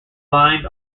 lined